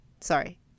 Sorry